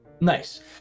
Nice